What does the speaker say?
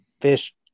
fish